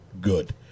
Good